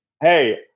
Hey